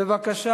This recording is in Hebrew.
בבקשה.